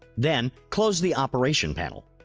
then, close the operation panel.